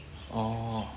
orh